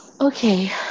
Okay